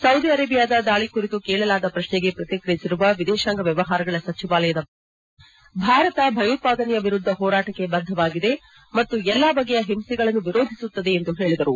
Saudi ಅರೇಬಿಯಾದ ದಾಳಿಯ ಕುರಿತು ಕೇಳಲಾದ ಪ್ರಶ್ನೆಗೆ ಪ್ರತಿಕ್ರಿಯಿಸಿರುವ ವಿದೇಶಾಂಗ ವ್ಯವಹಾರಗಳ ಸಚಿವಾಲಯದ ವಕ್ತಾರ ರವೀಶ್ ಕುಮಾರ್ ಭಾರತ ಭಯೋತ್ಪಾದನೆಯ ವಿರುದ್ದ ಹೋರಾಟಕ್ಕೆ ಬದ್ದವಾಗಿದೆ ಮತ್ತು ಎಲ್ಲಾ ಬಗೆಯ ಹಿಂಸೆಗಳನ್ನು ವಿರೋಧಿಸುತ್ತದೆ ಎಂದು ಹೇಳಿದರು